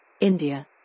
India